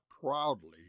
proudly